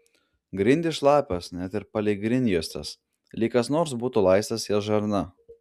grindys šlapios net ir palei grindjuostes lyg kas nors būtų laistęs jas žarna